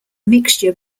mixture